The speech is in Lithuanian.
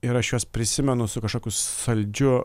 ir aš juos prisimenu su kažkokiu saldžiu